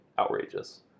outrageous